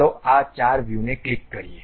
ચાલો આ ચાર વ્યૂને ક્લિક કરીએ